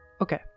Okay